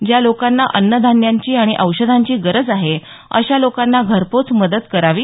ज्या लोकांना अन्नधान्याची औषधांची गरज आहे अशा लोकांना घरपोच मदत करावी